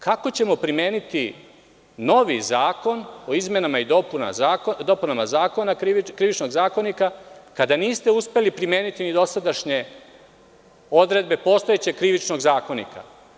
Kako ćemo primeniti novi Zakon o izmenama i dopunama Krivičnog zakonika kada niste uspeli primeniti ni dosadašnje odredbe postojećeg Krivičnog zakonika?